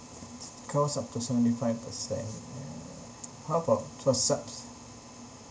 course after seventy five percent uh how about for such